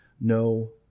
no